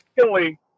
Secondly